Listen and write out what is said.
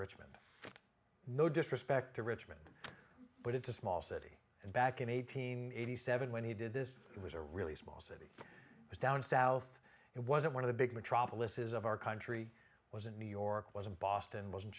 richmond no disrespect to richmond but it's a small city and back in eighteen eighty seven when he did this it was a really small city is down south it wasn't one of the big metropolises of our country was in new york was in boston was in